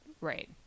Right